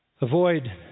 avoid